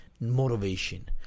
motivation